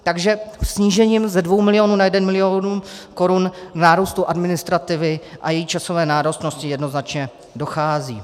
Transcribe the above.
Takže snížením ze dvou milionů na jeden milion korun k nárůstu administrativy a její časové náročnosti jednoznačně dochází.